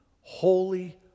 holy